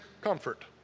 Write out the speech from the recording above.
comfort